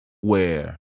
where-